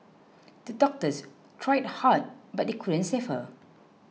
the doctors tried hard but they couldn't save her